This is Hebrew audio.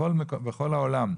בכל העולם,